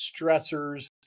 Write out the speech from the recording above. stressors